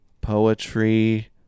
Poetry